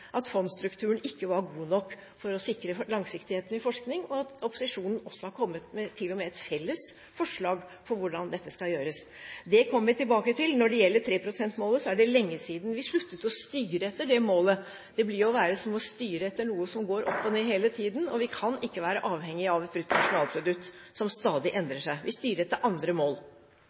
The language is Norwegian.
at fondsstrukturen ikke var god nok for å sikre langsiktigheten i forskning, og at opposisjonen til og med har kommet med et felles forslag til hvordan dette skal gjøres. Det kommer vi tilbake til. Når det gjelder 3 pst.-målet, er det lenge siden vi sluttet å styre etter det. Det vil jo være som å styre etter noe som går opp og ned hele tiden, og vi kan ikke være avhengige av et brutto nasjonalprodukt som stadig endrer seg. Vi styrer etter andre mål.